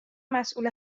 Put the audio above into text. مسئول